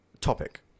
topic